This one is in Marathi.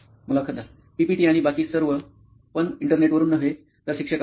मुलाखतदार पीपीटी आणि बाकी सर्व पण इंटरनेटवरुन नव्हे तर शिक्षकांकडून